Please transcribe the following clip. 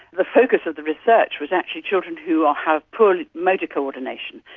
the focus of the research was actually children who ah have poor motor coordination,